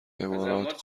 امارات